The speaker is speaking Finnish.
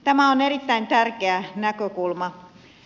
tämä on erittäin tärkeä näkökulma